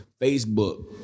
Facebook